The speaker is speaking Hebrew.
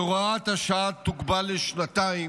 שהוראת השעה תוגבל לשנתיים,